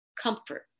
comfort